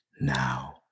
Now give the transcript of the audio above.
now